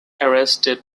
arrested